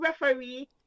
referee